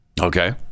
Okay